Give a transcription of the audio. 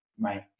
right